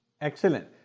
Excellent